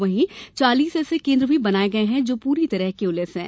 वहीं चालीस ऐसे केन्द्र भी बनाये गये हैं जो पूरी तरह क्यूलेस हैं